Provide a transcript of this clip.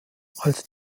als